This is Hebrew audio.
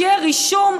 שיהיה רישום,